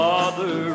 Father